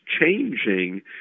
changing